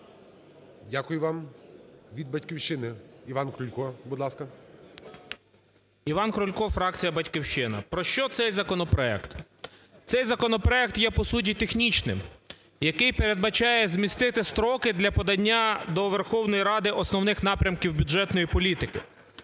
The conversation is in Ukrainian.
Дякую вам. Від "Батьківщини" Іван Крулько, будь ласка. 11:40:14 КРУЛЬКО І.І. Іван Крулько, фракція "Батьківщина". Про що цей законопроект? Цей законопроект є, по суті, технічним, який передбачає змістити строки для подання до Верховної Ради основних напрямків бюджетної політики.